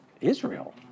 Israel